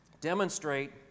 demonstrate